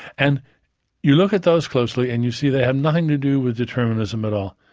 and you look at those closely, and you see they have nothing to do with determinism at all.